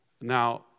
Now